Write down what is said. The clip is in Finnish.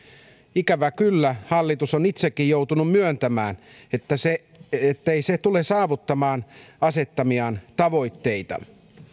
ikävä kyllä hallitus on itsekin joutunut myöntämään ettei se tule saavuttamaan asettamiaan tavoitteita